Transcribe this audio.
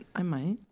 i might